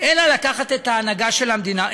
אלא לקחת את ההנהגה של המדינה,